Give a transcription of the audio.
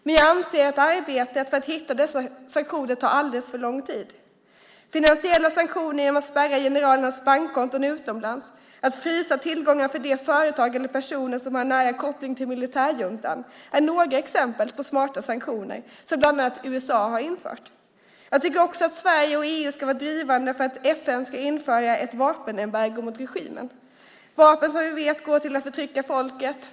Men jag anser att arbetet för att hitta dessa sanktioner tar alldeles för lång tid. Finansiella sanktioner i form av att man spärrar generalernas bankkonton utomlands och fryser tillgångar för de företag eller personer som har en nära koppling till militärjuntan är några exempel på smarta sanktioner som bland annat USA har infört. Jag tycker också att Sverige och EU ska vara drivande för att FN ska införa ett vapenembargo mot regimen. Vi vet att dessa vapen används för att förtrycka folket.